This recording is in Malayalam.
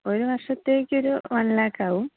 ഒരു വർഷത്തേക്ക് ഒരു വൺ ലാഖ് ആവും